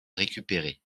récupérer